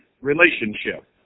relationship